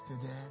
today